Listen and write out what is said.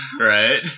Right